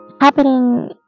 happening